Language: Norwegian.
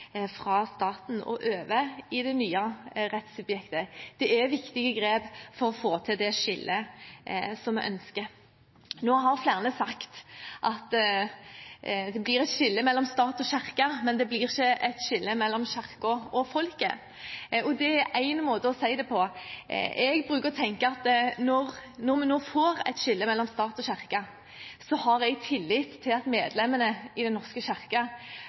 fra staten til det nye rettssubjektet. Det er viktige grep for å få til det skillet som vi ønsker. Flere har nå sagt at det blir et skille mellom stat og kirke, men det blir ikke et skille mellom kirken og folket. Det er én måte å si det på. Jeg bruker å tenke at når vi nå får et skille mellom stat og kirke, har jeg tillit til at medlemmene i Den norske